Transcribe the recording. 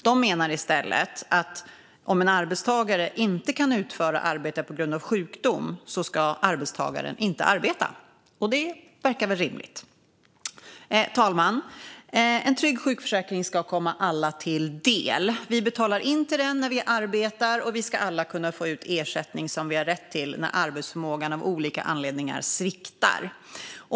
De menar i stället att om en arbetstagare inte kan utföra arbete på grund av sjukdom ska arbetstagaren inte arbeta. Och det verkar väl rimligt. Herr talman! En trygg sjukförsäkring ska komma alla till del. Vi betalar in till den när vi arbetar, och vi ska alla kunna få ut ersättning som vi har rätt till när arbetsförmågan av olika anledningar sviktar.